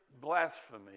blasphemy